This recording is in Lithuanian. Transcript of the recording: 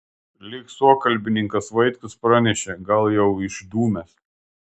lyg suokalbininkas vaitkus pranešė gal jau išdūmęs